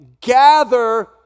gather